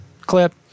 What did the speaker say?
clip